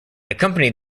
accompanied